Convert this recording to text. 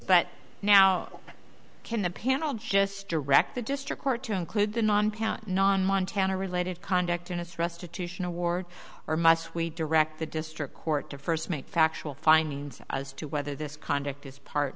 but now can the panel just direct the district court to include the non count non montana related conduct in its restitution award or must we direct the district court to first make factual findings as to whether this conduct is part